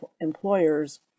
employers